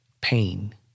pain